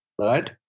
right